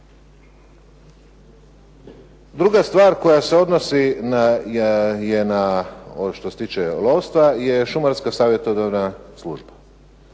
Druga stvar koja se odnosi je na što se tiče lovstva je šumarska savjetodavna služba.